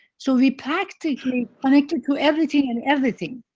so we practically connected to everything and everything.